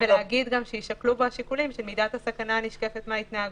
ולהגיד גם שיישקלו בו השיקולים של מידת הסכנה שנשקפת מן ההתנהגות,